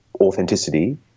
authenticity